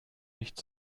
nicht